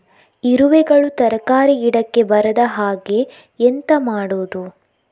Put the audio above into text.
ಇರುವೆಗಳು ತರಕಾರಿ ಗಿಡಕ್ಕೆ ಬರದ ಹಾಗೆ ಎಂತ ಮಾಡುದು?